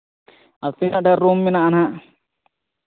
ᱛᱤᱱᱟᱹᱜ ᱰᱷᱮᱨ ᱨᱩᱢ ᱢᱮᱱᱟᱜᱼᱟ ᱦᱟᱸᱜ